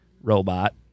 robot